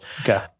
Okay